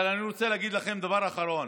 אבל אני רוצה להגיד לכם דבר אחרון: